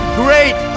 great